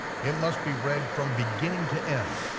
it must be read from beginning to end,